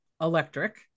electric